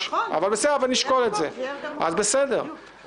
או עושה פעולה,